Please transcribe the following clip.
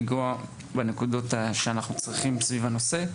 לנגוע בנקודות שאנחנו צריכים סביב הנושא.